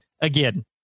again